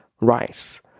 rice